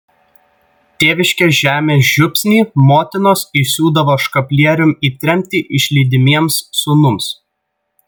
tėviškės žemės žiupsnį motinos įsiūdavo škaplieriun į tremtį išlydimiems sūnums